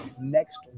next